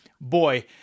boy